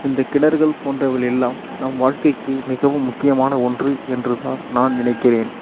இந்த கிணறுகள் போன்றவைகள் எல்லாம் நம் வாழ்க்கைக்கு மிகவும் முக்கியமான ஒன்று என்று தான் நான் நினைக்கிறேன்